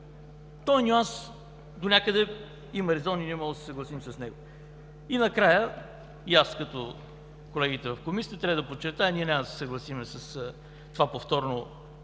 този нюанс донякъде има резон и ние можем да се съгласим с него. И накрая, и аз, като колегите в Комисията, трябва да подчертая, че ние няма да се съгласим с това повторно